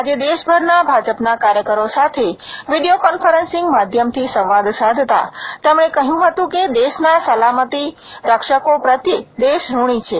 આજે દેશભરનાં ભાજપના કાર્યકરો સાથે વિડીયો કોન્ફરન્સીંગ માધ્યમથી સંવાદ સાધતાં તેમણે કહ્યું હતું કે દેશની સલામતી રક્ષકો પ્રત્યે દેશ ઋણી છે